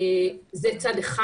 זה צד אחד.